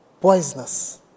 poisonous